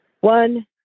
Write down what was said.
one